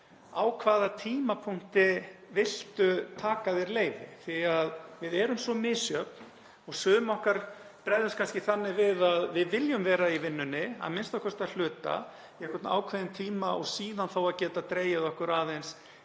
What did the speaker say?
á hvaða tímapunkti viltu taka þér leyfi. Við erum svo misjöfn og sum okkar bregðast kannski þannig við að við viljum vera í vinnunni, a.m.k. að hluta í einhvern ákveðinn tíma, og síðan þá að geta dregið okkur aðeins